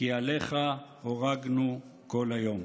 'כי עליך הֹרגנו כל היום'".